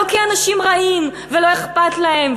לא כי אנשים רעים ולא אכפת להם,